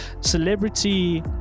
celebrity